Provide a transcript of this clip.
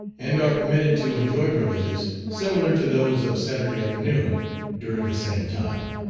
and are permitted to enjoy privileges similar to those of saturday afternoon during the same time.